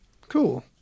Cool